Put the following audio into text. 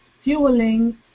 fueling